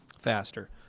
faster